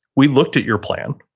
we looked at your plan,